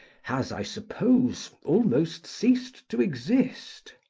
has, i suppose, almost ceased to exist.